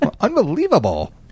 Unbelievable